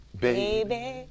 baby